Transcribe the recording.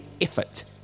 effort